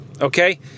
Okay